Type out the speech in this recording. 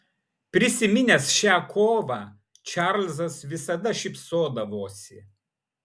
prisiminęs šią kovą čarlzas visada šypsodavosi